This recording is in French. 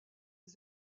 les